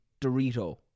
Dorito